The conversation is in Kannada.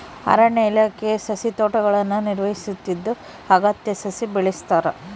ಅರಣ್ಯ ಇಲಾಖೆ ಸಸಿತೋಟಗುಳ್ನ ನಿರ್ವಹಿಸುತ್ತಿದ್ದು ಅಗತ್ಯ ಸಸಿ ಬೆಳೆಸ್ತಾರ